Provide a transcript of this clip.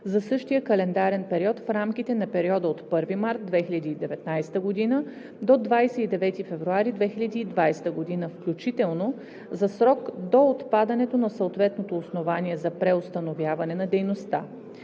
за същия календарен период в рамките на периода от 1 март 2019 г. до 29 февруари 2020 г. включително, за срок до отпадането на съответното основание за преустановяване на дейността.